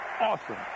awesome